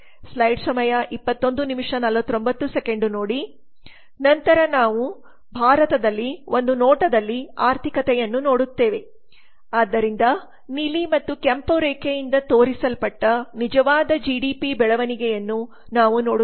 ನಂತರ ನಾವು ಭಾರತದಲ್ಲಿ ಒಂದು ನೋಟದಲ್ಲಿ ಆರ್ಥಿಕತೆಯನ್ನು ನೋಡುತ್ತೇವೆ ಆದ್ದರಿಂದ ನೀಲಿ ಮತ್ತು ಕೆಂಪು ರೇಖೆಯಿಂದ ತೋರಿಸಲ್ಪಟ್ಟ ನಿಜವಾದ ಜಿಡಿಪಿ ಬೆಳವಣಿಗೆಯನ್ನು ನಾವು ನೋಡುತ್ತೇವೆ